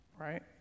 right